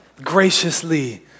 graciously